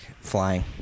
flying